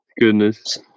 goodness